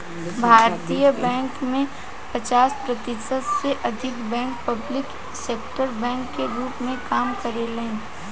भारतीय बैंक में पचास प्रतिशत से अधिक बैंक पब्लिक सेक्टर बैंक के रूप में काम करेलेन